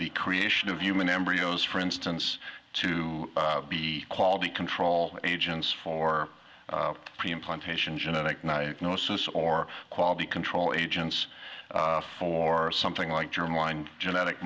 the creation of human embryos for instance to be quality control agents for pre implantation genetic diagnosis or quality control agents for something like germ line genetic